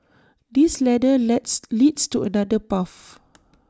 this ladder lets leads to another path